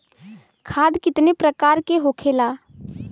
खाद कितने प्रकार के होखेला?